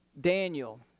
Daniel